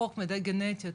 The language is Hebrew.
החוק מידע גנטי,